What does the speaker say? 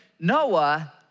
Noah